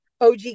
OG